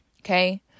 Okay